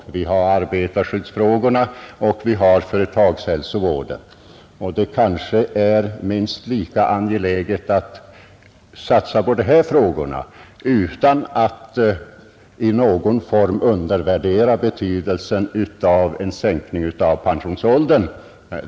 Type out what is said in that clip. Och vi har arbetarskyddsfrågorna och företagshälsovården. Det kanske är minst lika angeläget att satsa på de frågorna — utan att därför på nagot sätt undervärdera betydelsen av en sänkning av pensionsäldern.